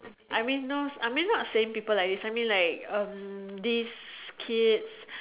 I mean those I mean not saying people like you see mean like um these kids